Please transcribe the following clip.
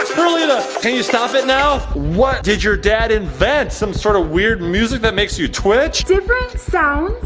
perlita? can you stop it now? what did your dad invent? some sort of weird music that makes you twitch? different sounds